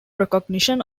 recognition